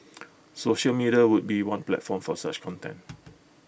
social media would be one platform for such content